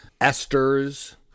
esters